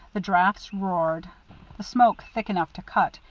the draughts roared, the smoke, thick enough to cut,